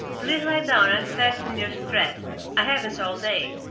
please lie down and fasten your straps. i haven't all day.